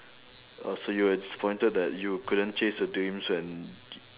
oh so you were disappointed that you couldn't chase the dreams and